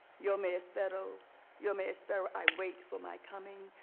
yo me espero. yo me espero, i wait for my coming.